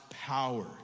power